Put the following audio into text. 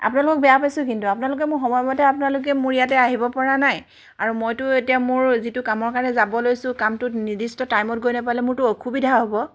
আপোনালোকক বেয়া পাইছোঁ কিন্তু আপোনালোকে মোৰ সময়মতে আপোনালোকে মোৰ ইয়াতে আহিব পৰা নাই আৰু মইতো এতিয়া মোৰ যিটো কামৰ কাৰণে যাব লৈছোঁ কামটোত নিৰ্দিষ্ট টাইমত গৈ নাপালে মোৰ অসুবিধা হ'ব